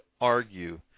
argue